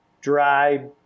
dry